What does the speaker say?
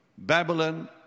Babylon